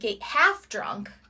half-drunk